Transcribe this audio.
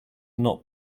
not